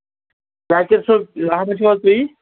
زاکِر صٲب چھُو حظ تُہی